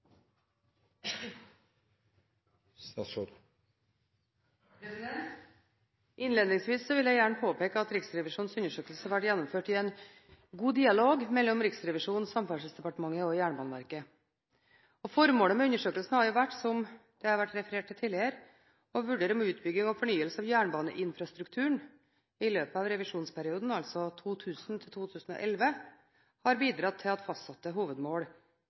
Innledningsvis vil jeg gjerne påpeke at Riksrevisjonens undersøkelse ble gjennomført i en god dialog mellom Riksrevisjonen, Samferdselsdepartementet og Jernbaneverket. Formålet med undersøkelsen har vært, som det har vært referert til tidligere, å vurdere om utbygging og fornyelse av jernbaneinfrastrukturen i løpet av revisjonsperioden – altså 2000–2011 – har bidratt til at fastsatte hovedmål